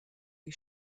die